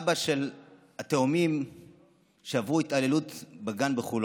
אבא של התאומים שעברו התעללות בגן בחולון.